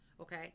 Okay